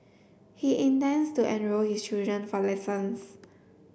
he intends to enrol his children for lessons